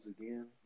again